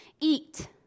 eat